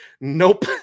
nope